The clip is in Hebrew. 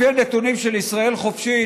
לפי הנתונים של "ישראל חופשית",